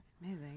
Amazing